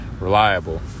Reliable